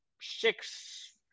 six